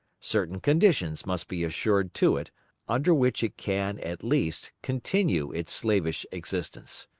certain conditions must be assured to it under which it can, at least, continue its slavish existence.